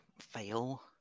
fail